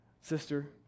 sister